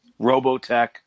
Robotech